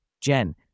Jen